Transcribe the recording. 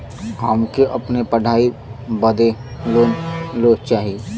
हमके अपने पढ़ाई बदे लोन लो चाही?